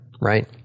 right